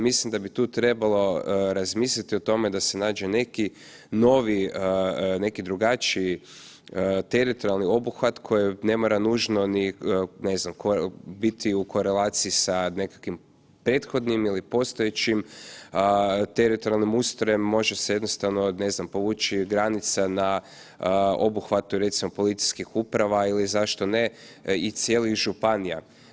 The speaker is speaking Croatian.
Mislim da bi tu trebalo razmisliti o tome da se nađe neki novi, neki drugačiji teritorijalni obuhvat koji ne mora nužno niti, ne znam, biti u korelaciji sa nekakvim prethodnim ili postojećim teritorijalnim ustrojem, može se jednostavno, ne znam, povući granica na obuhvatu recimo policijskih uprava ili, zašto ne i cijelih županija.